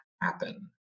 happen